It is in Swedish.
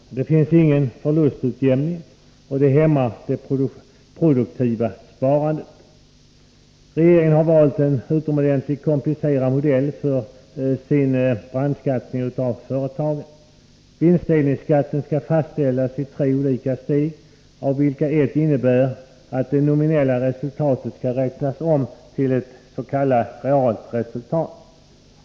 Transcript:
Förslaget medger ingen förlustutjämning och hämmar det produktiva sparandet. 3. Regeringen har valt en utomordentligt komplicerad modell för sin brandskattning av företagen. 4. Vinstdelningsskatten skall fastställas i tre olika steg, av vilka ett innebär att det nominella resultatet skall räknas om till ett s.k. realt resultat.